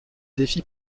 défi